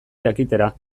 jakitera